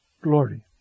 glory